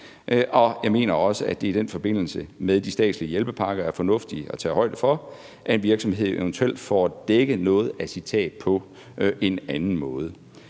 og jeg mener også, at det i den forbindelse, med de statslige hjælpepakker, er fornuftigt at tage højde for, at en virksomhed eventuelt får dækket noget af sit tab på en anden måde.